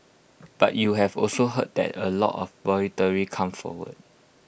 but you've also heard that A lot of voluntary come forward